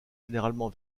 généralement